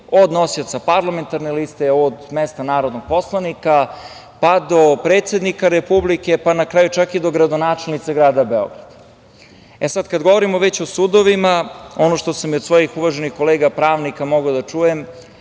od nosioca parlamentarne liste, od mesta narodnog poslanika, pa do predsednika Republike, pa na kraju čak i do gradonačelnice grada Beograda. Sad kad govorimo o sudovima, ono što sam i od svojih uvaženih kolega pravnika mogao da čujem,